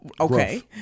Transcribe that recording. Okay